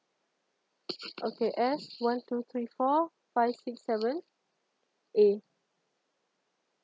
okay S one two three four five six seven A